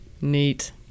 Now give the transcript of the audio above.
Neat